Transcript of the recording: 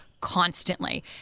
constantly